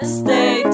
stay